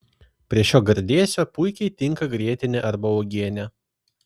prie šio gardėsio puikiai tinka grietinė arba uogienė